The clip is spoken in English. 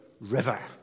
river